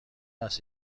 است